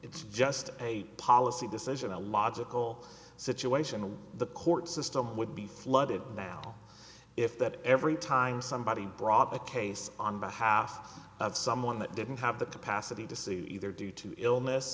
's just a policy decision a logical situation and the court system would be flooded now if that every time somebody brought a case on behalf of someone that didn't have the capacity to see either due to illness